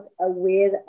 aware